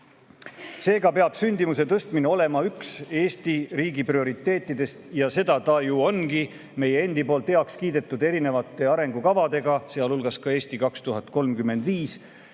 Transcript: Seega peab sündimuse tõstmine olema üks Eesti riigi prioriteetidest – ja seda ta ju ongi meie endi heaks kiidetud arengukavadega, sealhulgas "Eesti 2035"